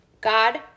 God